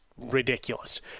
ridiculous